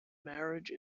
marriage